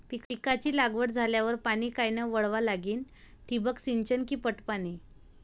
पिकाची लागवड झाल्यावर पाणी कायनं वळवा लागीन? ठिबक सिंचन की पट पाणी?